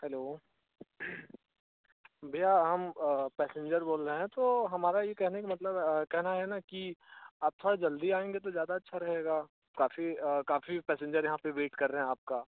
hello भैया हम passenger बोल रहे हैं तो हमारा ये कहने का मतलब कहना है ना कि आप थोड़ा जल्दी आएँगे तो ज़्यादा अच्छा रहेगा काफ़ी काफ़ी पैसेंजर यहाँ पर वेट कर रहे हैं आपका